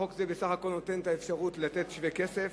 החוק הזה בסך הכול נותן את האפשרות לתת שווה כסף,